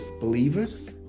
believers